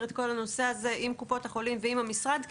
את כל הנושא הזה עם קופות החולים ועם המשרד,